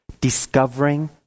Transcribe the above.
Discovering